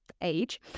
age